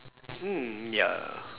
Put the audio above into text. mm ya